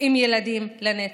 עם ילדים, לנצח.